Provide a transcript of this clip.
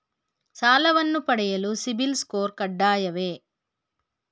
ಸಾಲವನ್ನು ಪಡೆಯಲು ಸಿಬಿಲ್ ಸ್ಕೋರ್ ಕಡ್ಡಾಯವೇ?